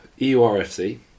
EURFC